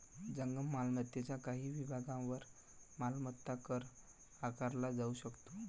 जंगम मालमत्तेच्या काही विभागांवर मालमत्ता कर आकारला जाऊ शकतो